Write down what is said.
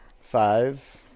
Five